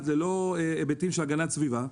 ללא היבטים של הגנת הסביבה.